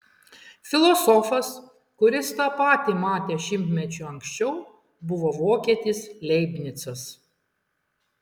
filosofas kuris tą patį matė šimtmečiu anksčiau buvo vokietis leibnicas